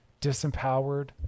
disempowered